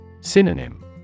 Synonym